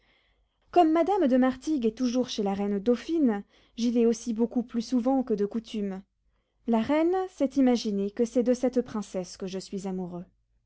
comme madame de martigues est toujours chez la reine dauphine j'y vais aussi beaucoup plus souvent que de coutume la reine s'est imaginé que c'est de cette princesse que je suis amoureux